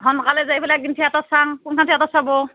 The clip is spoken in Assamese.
সোনকালে যাই পেলাই কোন থিয়েটাৰ কোনখন থিয়েটাৰ চাব